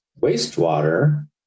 wastewater